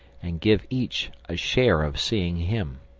and give each a share of seeing him.